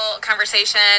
conversation